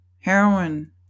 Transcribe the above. heroin